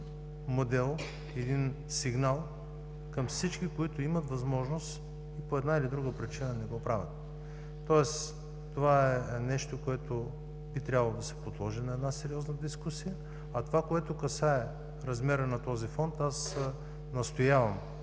модел, сигнал към всички, които имат възможност и по една или друга причина не го правят – това е нещо, което би трябвало да се подложи на сериозна дискусия. А това, което касае размера на този фонд – аз настоявам